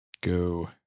go